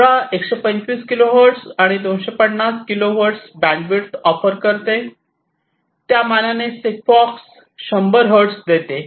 LoRa 125 kilohertz आणि 250 kilohertz bandwidth offer करते त्या मानाने सिग्फॉक्स 100 हर्ट्ज देते